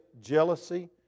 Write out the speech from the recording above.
Jealousy